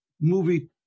movie